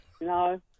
No